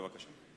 בבקשה.